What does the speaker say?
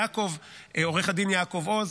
לעו"ד יעקב עוז,